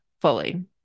fully